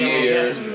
Year's